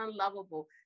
unlovable